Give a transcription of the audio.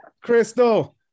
Crystal